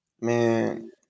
Man